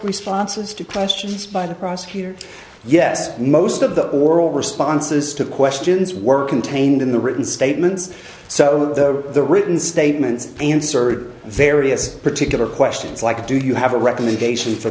responses to questions by the prosecutor yes most of the oral responses to questions were contained in the written statements so the written statements answer various particular questions like do you have a recommendation for